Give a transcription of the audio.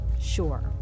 Sure